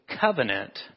covenant